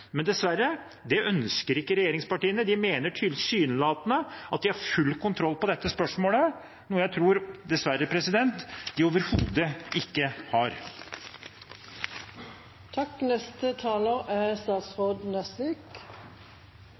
Men dessverre, det ønsker ikke regjeringspartiene. De mener tilsynelatende at de har full kontroll på dette spørsmålet, noe jeg dessverre tror de overhodet ikke